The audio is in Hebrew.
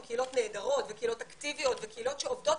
קהילות נהדרות וקהילות אקטיביות וקהילות שעובדות,